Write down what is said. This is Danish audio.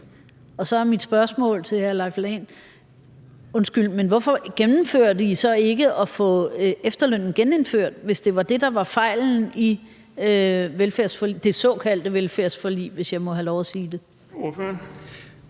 Så er mit spørgsmål til hr. Leif Lahn Jensen: Undskyld, men hvorfor gennemførte I så ikke at få efterlønnen genindført, hvis det var det, der var fejlen i det såkaldte velfærdsforlig, hvis jeg må have lov at sige det? Kl. 13:55 Den